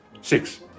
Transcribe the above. Six